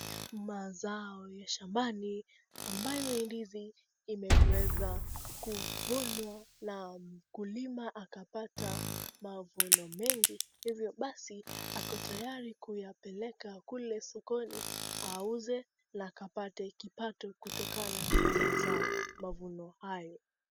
Mazao ya shambani ambayo ni ndizi imeweza kuvunwa na mkulima akapata mavuno mengi hivyo basi ako tayari kuyapeleka kule sokoni auze na akapate kipato kutokana na mazao ya mavuno hayo.